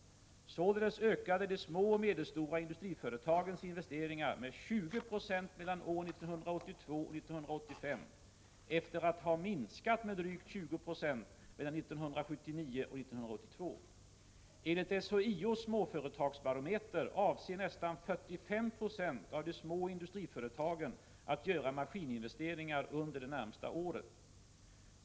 Således ökade de små och medelstora industriföretagens investeringar med 20 90 mellan åren 1982 och 1985 efter att ha minskat med drygt 20 90 mellan 1979 och 1982. Enligt SHIO:s Småföretagsbarometer avser nästan 45 90 av de små industriföretagen att göra maskininvesteringar under det närmaste året.